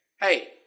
hey